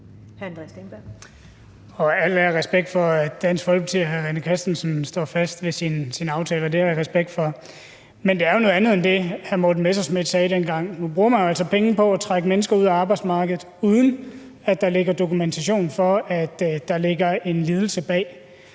ære og respekt for, at Dansk Folkeparti og hr. René Christensen står ved sine aftaler. Det har jeg respekt for. Men det er jo noget andet end det, hr. Morten Messerschmidt sagde dengang. Nu bruger man jo altså penge på at trække mennesker ud af arbejdsmarkedet, uden at der ligger dokumentation for, at der ligger en lidelse bag.